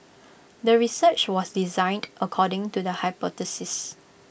the research was designed according to the hypothesis